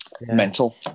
Mental